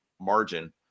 margin